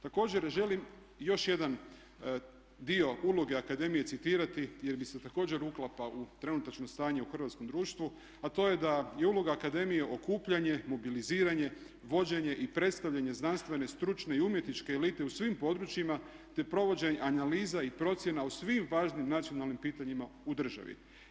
Također želim još jedan dio uloge akademije citirati jer mi se također uklapa u trenutačno stanje u hrvatskom društvu, a to je da je uloga akademije okupljanje, mobiliziranje, vođenje i predstavljanje znanstvene, stručne i umjetničke elite u svim područjima, te provođenje analiza i procjena o svim važnim nacionalnim pitanjima u državi.